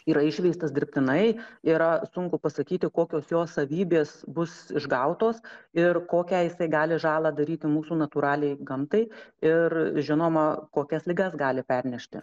yra išveistas dirbtinai yra sunku pasakyti kokios jo savybės bus išgautos ir kokią jisai gali žalą daryti mūsų natūraliai gamtai ir žinoma kokias ligas gali pernešti